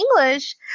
English